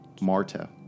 Marta